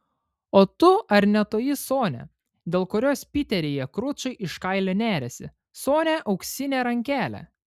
o tu ar ne toji sonia dėl kurios piteryje kručai iš kailio neriasi sonia auksinė rankelė